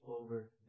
over